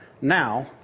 now